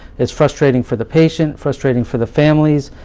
it's frustrating for the patient, frustrating for the families,